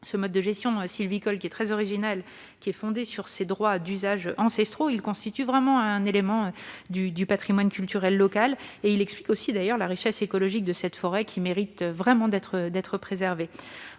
Ce mode de gestion sylvicole très original, fondé sur ces droits d'usages ancestraux, constitue un élément du patrimoine culturel local. Il explique aussi, d'ailleurs, la richesse écologique de cette forêt, qui mérite d'être préservée.